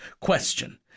Question